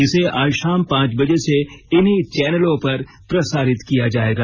इसे आज शाम पांच बजे से इन्हीं चैनलों पर प्रसारित किया जाएगा